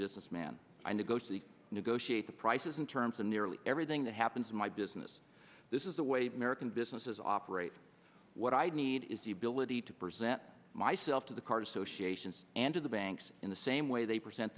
businessman i negotiate negotiate the prices in terms of nearly everything that happens in my business this is the way americans businesses operate what i need is the ability to present myself to the card associations and to the banks in the same way they present